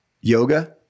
yoga